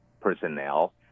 personnel